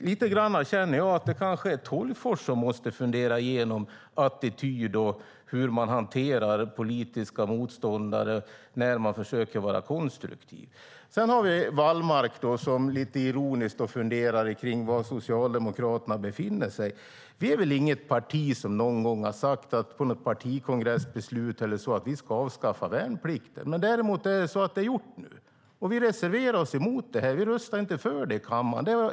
Jag känner lite grann att det kanske är Tolgfors som måste fundera igenom attityder och hur man hanterar politiska motståndare när man försöker vara konstruktiv. Hans Wallmark funderar lite ironiskt kring var Socialdemokraterna befinner sig. Vi är väl inte ett parti som någon gång i något partikongressbeslut eller liknande har sagt att vi ska avskaffa värnplikten. Men nu är det gjort. Vi reserverade oss emot det. Vi röstade inte för det i kammaren.